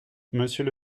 monsieur